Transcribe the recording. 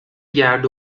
گرد